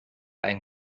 ein